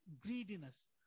greediness